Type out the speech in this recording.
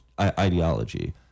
ideology